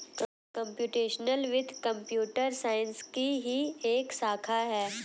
computational वित्त computer science की ही एक शाखा है